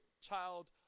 child